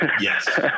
Yes